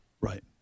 Right